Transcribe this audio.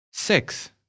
Six